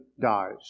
dies